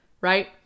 right